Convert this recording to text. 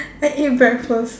I ate breakfast